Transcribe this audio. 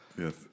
yes